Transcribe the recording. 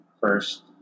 first